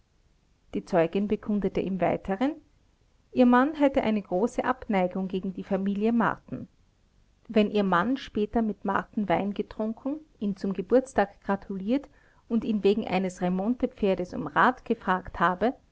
die zeugin bekundete im weiteren ihr mann hatte eine große abneigung gegen die familie marten wenn ihr mann später mit marten wein getrunken ihm zum geburtstag gratuliert und ihn wegen eines remontepferdes um rat gefragt habe